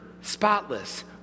spotless